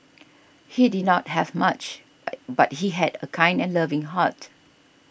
he did not have much but but he had a kind and loving heart